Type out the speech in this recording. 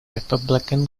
republican